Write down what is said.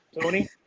Tony